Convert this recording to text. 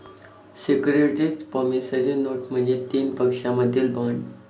securities promissory note म्हणजे तीन पक्षांमधील बॉण्ड